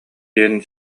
диэн